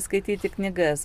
skaityti knygas